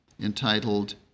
entitled